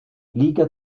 liga